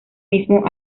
mismo